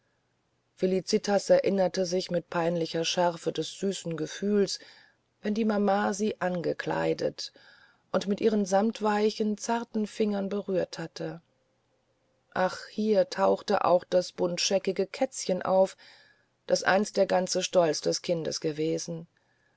felicitas erinnerte sich mit peinlicher schärfe des süßen gefühls wenn die mama sie angekleidet und mit ihren samtweichen zarten fingern berührt hatte ach hier tauchte auch das buntscheckige kätzchen auf das einst der ganze stolz des kindes gewesen